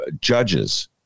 judges –